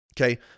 Okay